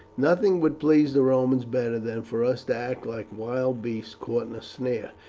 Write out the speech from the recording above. nothing would please the romans better than for us to act like wild beasts caught in a snare,